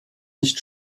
nicht